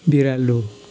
बिरालो